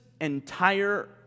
entire